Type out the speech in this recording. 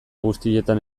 guztietan